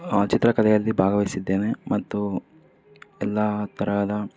ಚಿತ್ರಕಲೆಯಲ್ಲಿ ಭಾಗವಹಿಸಿದ್ದೇನೆ ಮತ್ತು ಎಲ್ಲ ತರಹದ